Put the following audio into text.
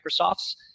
microsoft's